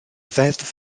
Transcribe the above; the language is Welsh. ddeddf